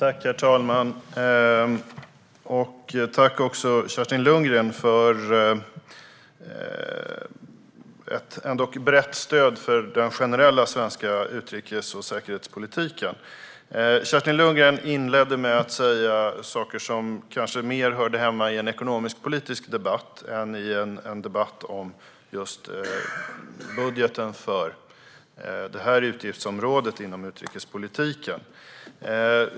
Herr talman! Tack, Kerstin Lundgren, för ett ändå brett stöd för den generella svenska utrikes och säkerhetspolitiken! Kerstin Lundgren inledde med att säga saker som kanske mer hörde hemma i en ekonomisk-politisk debatt än i en debatt om just budgeten för det här utgiftsområdet inom utrikespolitiken.